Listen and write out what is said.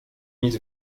nic